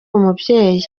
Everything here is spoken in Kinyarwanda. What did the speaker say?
umubyeyi